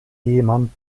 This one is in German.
ehemann